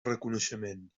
reconeixement